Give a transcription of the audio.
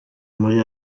muri